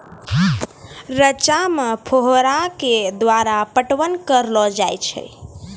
रचा मे फोहारा के द्वारा पटवन करऽ लो जाय?